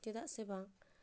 ᱪᱮᱫᱟᱜ ᱥᱮ ᱵᱟᱝ